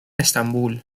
estambul